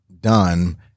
done